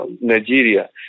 Nigeria